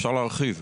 אפשר להרחיב.